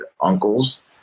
uncles